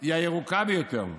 היא הירוקה ביותר,